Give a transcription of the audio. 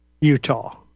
Utah